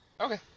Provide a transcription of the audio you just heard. okay